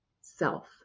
self